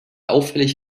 auffällig